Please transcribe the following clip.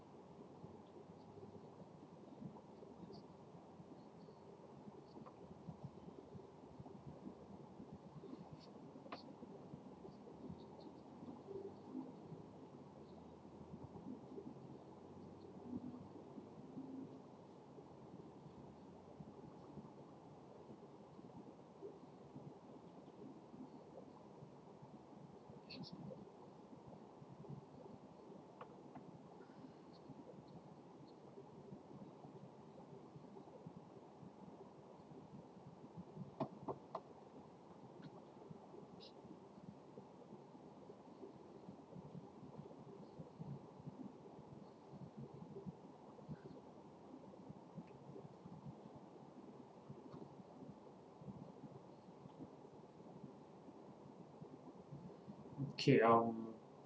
okay uh